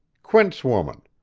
quint's woman.